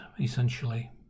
essentially